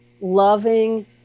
loving